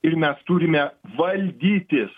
ir mes turime valdytis